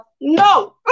No